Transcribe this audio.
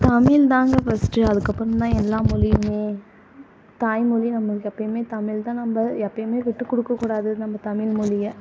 தமிழ்தாங்க first அதுக்கப்புறோந்தான் எல்லா மொழியுமே தாய்மொழி நம்மளுக்கு எப்போமே தமிழ்தான் நம்ம எப்பைமே விட்டுக்கொடுக்கக்கூடாது நம்ம தமிழ்மொழிய